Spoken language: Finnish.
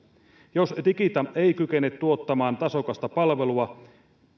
jos digita ei kykene tuottamaan tasokasta palvelua